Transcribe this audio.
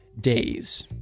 days